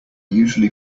usually